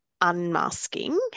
unmasking